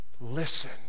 listen